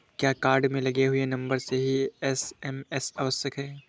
क्या कार्ड में लगे हुए नंबर से ही एस.एम.एस आवश्यक है?